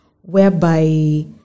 whereby